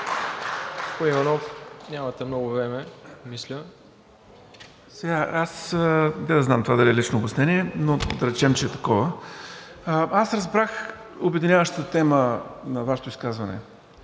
Аз разбрах обединяващата тема на Вашето изказване,